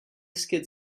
skid